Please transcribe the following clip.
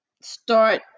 start